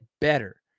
better